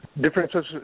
Differences